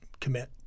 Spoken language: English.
commit